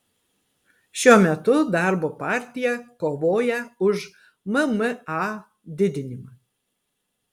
šiuo metu darbo partija kovoja už mma didinimą